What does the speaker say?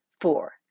four